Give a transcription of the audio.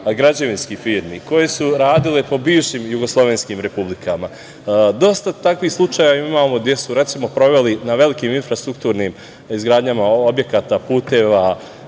građevinskih firmi, koji su radili po bivšim jugoslovenskim republikama. Dosta takvih slučajeva imamo gde su, recimo, proveli na velikim infrastrukturnim izgradnjama objekata, puteva